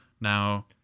Now